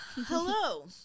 Hello